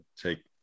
Take